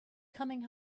coming